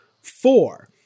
four